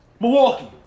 Milwaukee